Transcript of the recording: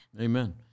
Amen